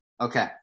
Okay